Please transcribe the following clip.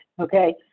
okay